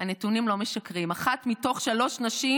הנתונים לא משקרים: אחת מתוך שלוש נשים